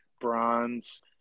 bronze